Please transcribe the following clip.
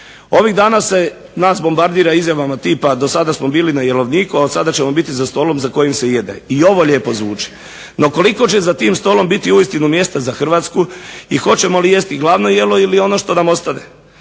Ovih dana se nas bombardira izjavama tipa do sada smo bili na jelovniku a od sada ćemo biti za stolom za kojim se jede i ovo lijepo zvuči, no koliko će za tim stolom uistinu biti mjesta za Hrvatsku i hoćemo li jesti glavno jelo ili on što nam ostane.